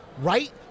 right